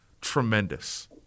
tremendous